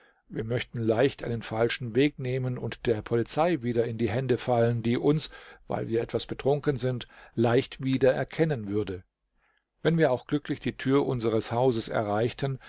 wir möchten leicht einen falschen weg nehmen und der polizei wieder in die hände fallen die uns weil wir etwas betrunken sind leicht wieder erkennen würde wenn wir auch glücklich die tür unseres hauses erreichten